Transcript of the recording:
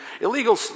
illegal